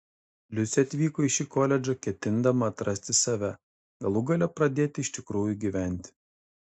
liusė atvyko į šį koledžą ketindama atrasti save galų gale pradėti iš tikrųjų gyventi